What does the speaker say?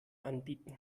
anbieten